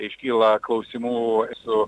iškyla klausimų su